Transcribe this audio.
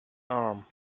arm